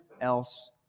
else